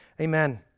Amen